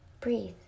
breathe